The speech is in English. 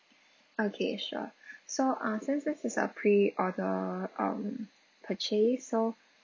okay sure so uh since this is a preorder um purchase so